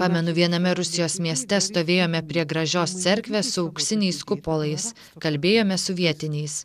pamenu viename rusijos mieste stovėjome prie gražios cerkvės auksiniais kupolais kalbėjome su vietiniais